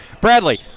Bradley